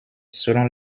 selon